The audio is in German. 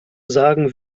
sagen